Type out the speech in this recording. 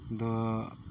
ᱫᱚ